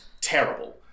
terrible